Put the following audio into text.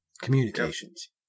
communications